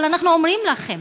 אבל אנחנו אומרים לכם: